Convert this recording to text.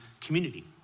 community